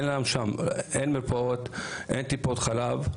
אין מרפאות, אין טיפות חלב,